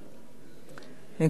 אני מקווה שאתה בבריאות טובה.